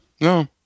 No